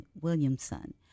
Williamson